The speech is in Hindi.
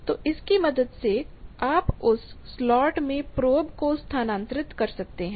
तो इसकी मदद से आप उस स्लॉट में प्रोब को स्थानांतरित कर सकते हैं